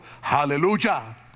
Hallelujah